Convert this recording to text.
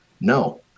No